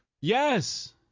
Yes